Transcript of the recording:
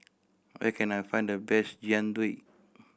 where can I find the best Jian Dui